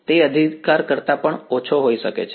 તે અધિકાર કરતાં પણ ઓછો હોઈ શકે છે